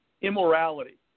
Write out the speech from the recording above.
immorality